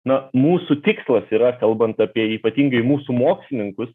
na mūsų tikslas yra kalbant apie ypatingai mūsų mokslininkus